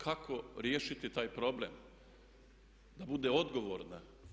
Kako riješiti taj problem da bude odgovorna?